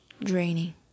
draining